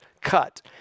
cut